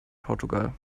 portugal